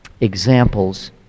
Examples